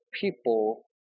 people